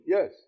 Yes